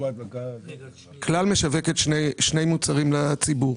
כלל משווקת שני מוצרים לציבור.